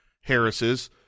Harris's